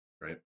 right